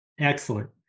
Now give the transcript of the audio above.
Excellent